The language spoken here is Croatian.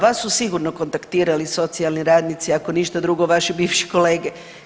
Vas su sigurno kontaktirali socijalni radnici, ako ništa drugo vaši bivši kolege.